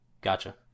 Gotcha